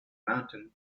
mountain